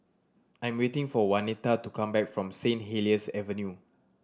I'm waiting for Waneta to come back from Saint Helier's Avenue